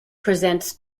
presents